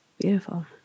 Beautiful